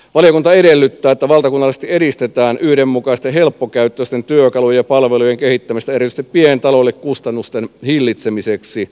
valiokunta edellyttää että valtakunnallisesti edistetään yhdenmukaisten helppokäyttöisten työkalujen ja palvelujen kehittämistä erityisesti pientaloille kustannusten hillitsemiseksi